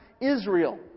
Israel